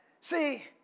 See